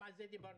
גם על זה דיברנו.